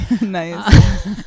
nice